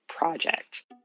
Project